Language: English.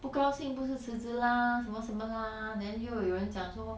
不高兴不是辞职 lah 什么什么 lah then 又有人讲说